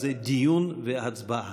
זה דיון והצבעה.